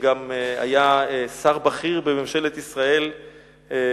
שגם היה שר בכיר בממשלת ישראל,